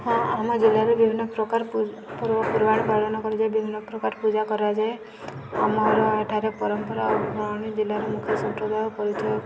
ହଁ ଆମ ଜିଲ୍ଲାରେ ବିଭିନ୍ନପ୍ରକାର ପର୍ବପର୍ବାଣି ପାଳନ କରାଯାଏ ବିଭିନ୍ନପ୍ରକାର ପୂଜା କରାଯାଏ ଆମର ଏଠାରେ ପରମ୍ପରା ଓ ଫୁଲବାଣୀ ଜିଲ୍ଲାର ମୁଖ୍ୟ ସମ୍ପ୍ରଦାୟ ଓ ପରିଚୟ